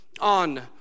on